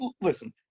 listen